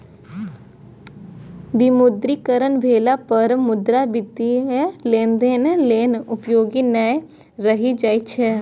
विमुद्रीकरण भेला पर मुद्रा वित्तीय लेनदेन लेल उपयोगी नै रहि जाइ छै